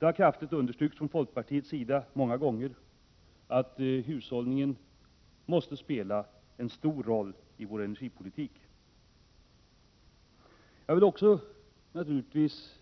Folkpartiet har många gånger kraftigt understrukit att hushållningen måste spela en stor roll i energipolitiken. Vi är naturligtvis